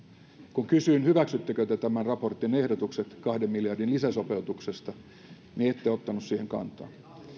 kun kysyin hyväksyttekö te tämän raportin ehdotukset kahden miljardin lisäsopeutuksesta niin ette ottanut siihen kantaa